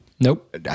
Nope